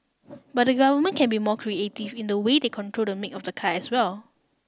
but the government can be more creative in the way they control the make of the car as well